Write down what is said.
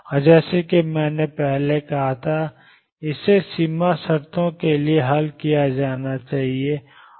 और जैसा कि मैंने पहले कहा था इसे सीमा शर्तों के साथ हल किया जाना है